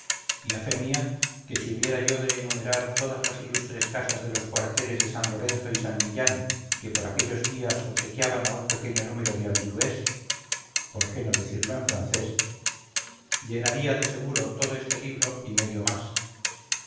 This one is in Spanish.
a fe mía que si hubiera yo de enumerar todas las ilustres casas de los cuarteles de san lorenzo y san millán que por aquellos días obsequiaban a un pequeño número de habitués por qué no decirlo en francés llenaría de seguro todo este libro y medio más